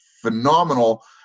phenomenal